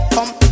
Come